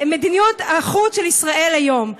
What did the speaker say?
מדיניות החוץ של ישראל היום,